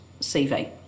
CV